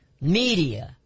media